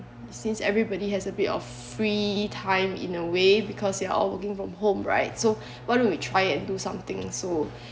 since everybody has a bit of free time in a way because they are all working from home right so why don't we try and do something so